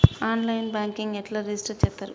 On line banking ఎట్లా register చేత్తరు?